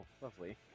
lovely